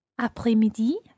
Après-midi